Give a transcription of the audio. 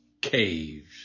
Cave's